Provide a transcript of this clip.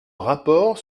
rapport